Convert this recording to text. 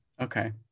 okay